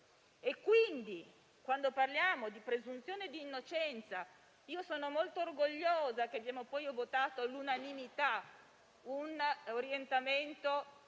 diritto. Quando parliamo di presunzione di innocenza, sono molto orgogliosa che abbiamo votato all'unanimità un orientamento